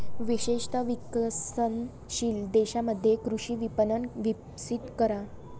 विशेषत विकसनशील देशांमध्ये कृषी विपणन विकसित करा